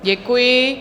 Děkuji.